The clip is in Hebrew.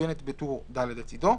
המצוינת בטור ד' לצדו,